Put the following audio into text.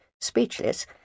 Speechless